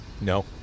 No